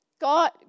God